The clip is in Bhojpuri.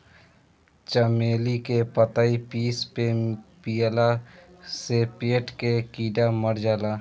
चमेली के पतइ पीस के पियला से पेट के कीड़ा मर जाले